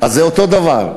זה אותו דבר.